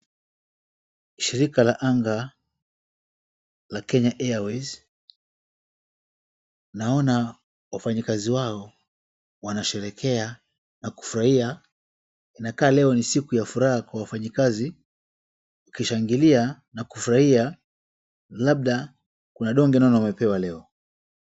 Shirika la anga la Kenya Airways. Naona wafanyikazi wao wanasherehekea na kufurahia, inakaa leo ni siku ya furaha kwa wafanyikazi kushangilia na kufurahia, labda kuna donge nono wamepewa leo.